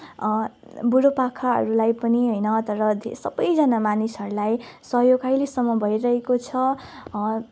बुढो पाकाहरूलाई पनि होइन तर सबैजना मानिसहरूलाई सहयोग अहिलेसम्म भइरहेको छ